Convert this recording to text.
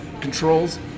controls